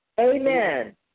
Amen